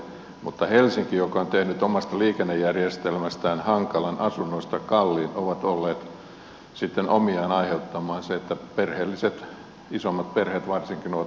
mutta se että helsinki on tehnyt omasta liikennejärjestelmästään hankalan asunnoista kalliit on ollut sitten omiaan aiheuttamaan sen että perheelliset isommat perheet varsinkin ovat hakeutuneet ympäristökuntiin